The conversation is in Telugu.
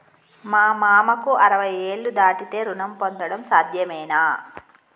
మా మామకు అరవై ఏళ్లు దాటితే రుణం పొందడం సాధ్యమేనా?